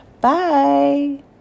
Bye